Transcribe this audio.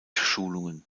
schulungen